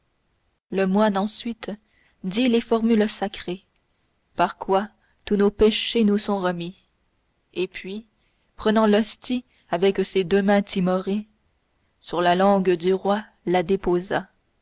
le moine ensuite dit les formules sacrées par quoi tous nos péchés nous sont remis et puis prenant l'hostie avec ses deux mains timorées sur la langue du roi la déposa